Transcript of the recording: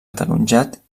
ataronjat